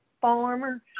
farmer